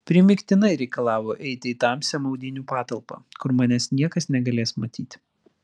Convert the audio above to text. primygtinai reikalavo eiti į tamsią maudynių patalpą kur manęs niekas negalės matyti